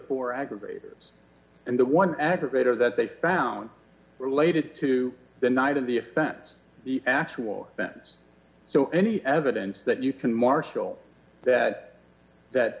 four aggravators and the one aggravator that they found related to the night of the offense the actual offense so any evidence that you can marshal that that